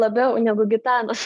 labiau negu gitanos